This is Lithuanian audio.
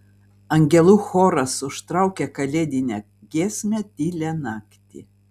angelų choras užtraukė kalėdinę giesmę tylią naktį